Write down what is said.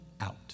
out